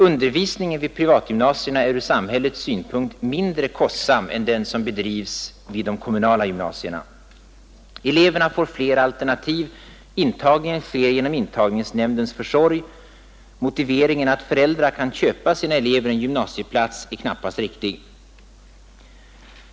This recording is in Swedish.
Undervisningen vid privatgymnasierna är ur samhällets synpunkt mindre kostsam än den som bedrivs vid de kommunala gymnasierna. Eleverna får fler alternativ och intagningen sker genom intagningsnämndens försorg, varför invändningen att föräldrar kan köpa sina elever en gymnasieplats knappast är riktig.